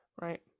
Right